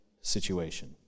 situation